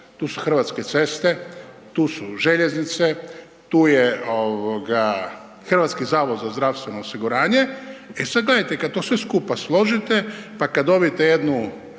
tu su Hrvatske ceste, tu su željeznice, tu je HZZO. E sad, gledajte, kad to sve skupa složite pa kad dobijete jednu